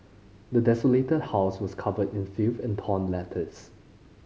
the desolated house was covered in filth and torn letters